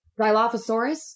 Dilophosaurus